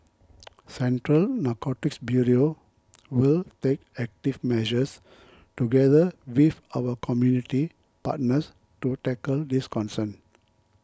Central Narcotics Bureau will take active measures together with our community partners to tackle this concern